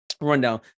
rundown